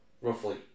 roughly